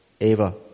eva